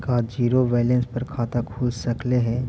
का zero balance पर खाता खुल सकले हे?